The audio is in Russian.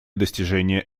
достижения